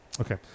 okay